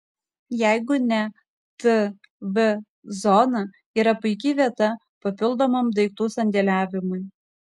jeigu ne tv zona yra puiki vieta papildomam daiktų sandėliavimui